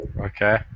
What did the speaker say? Okay